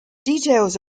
details